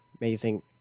amazing